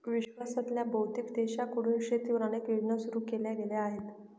विश्वातल्या बहुतेक देशांकडून शेतीवर अनेक योजना सुरू केल्या गेल्या आहेत